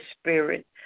spirit